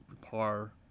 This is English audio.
par